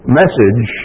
message